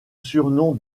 surnom